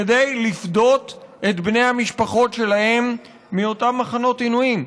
כדי לפדות את בני המשפחות שלהם מאותם מחנות עינויים.